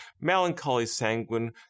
melancholy-sanguine